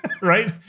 right